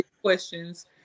questions